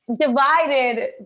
divided